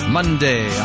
Monday